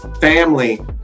family